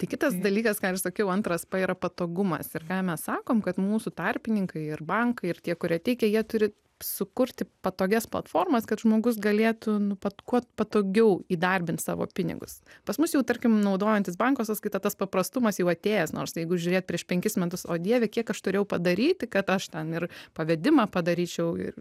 tai kitas dalykas ką ir sakiau antras p yra patogumas ir ką mes sakom kad mūsų tarpininkai ir bankai ir tie kurie teikia jie turi sukurti patogias platformas kad žmogus galėtų nu pat kuo patogiau įdarbint savo pinigus pas mus jau tarkim naudojantis banko sąskaita tas paprastumas jau atėjęs nors jeigu žiūrėt prieš penkis metus o dieve kiek aš turėjau padaryti kad aš ten ir pavedimą padaryčiau ir